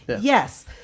Yes